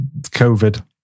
COVID